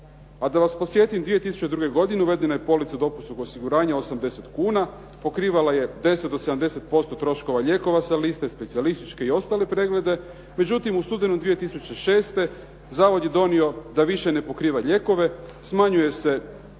A da vas podsjetim 2002. godine uvedena je polica dopunskog osiguranja 80 kuna, pokrivala je 10 do 70% troškova lijekova sa liste, specijalističke i ostale preglede. Međutim, u studenom 2006. zavod je donio da više ne pokriva lijekove, smanjuje se